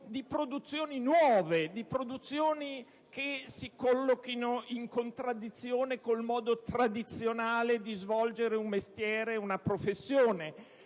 produzioni nuove, alle produzioni che si collochino in contrasto con il modo tradizionale di svolgere un mestiere, una professione.